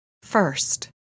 First